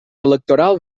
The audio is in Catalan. electoral